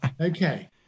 Okay